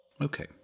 Okay